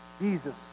Jesus